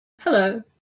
Hello